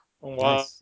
Wow